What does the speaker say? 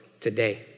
today